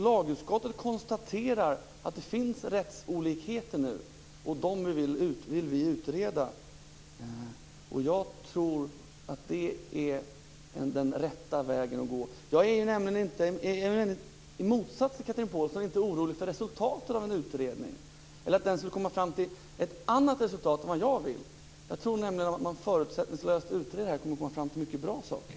Lagutskottet har konstaterat att det finns rättsolikheter, och dem vill vi nu utreda. Jag tror att det är den rätta vägen att gå. I motsats till Chatrine Pålsson är jag inte orolig för resultatet av en utredning eller att den skulle komma fram till ett annat resultat än vad jag önskar. Jag tror nämligen att man, om man gör en förutsättningslös utredning, kan komma fram till mycket bra saker.